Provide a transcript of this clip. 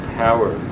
power